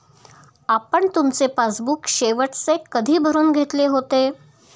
आपण तुमचे पासबुक शेवटचे कधी भरून घेतले होते?